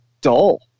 dull